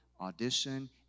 audition